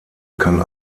kann